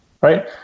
right